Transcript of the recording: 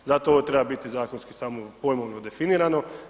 Zato ovo treba biti zakonski samo pojmovno definirano.